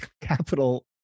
capital